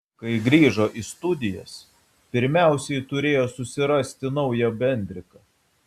kai grįžo į studijas pirmiausiai turėjo susirasti naują bendriką